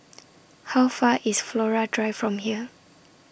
How Far IS Flora Drive from here